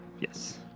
Yes